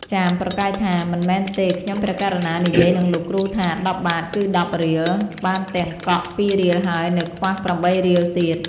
ចាមប្រកែកថា "មិនមែនទេ! ខ្ញុំព្រះករុណានិយាយនឹងលោកគ្រូថា ១០បាទ គឺ ១០រៀល បានទាំងកក់ ២រៀលហើយ នៅខ្វះ ៨រៀលទៀត"។